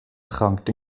prangt